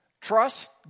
Trust